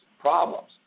problems